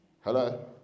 Hello